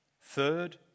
Third